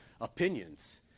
opinions